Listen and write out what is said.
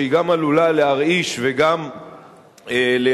שהיא גם עלולה להרעיש וגם לייצר